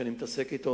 שאני מתעסק אתו,